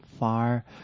far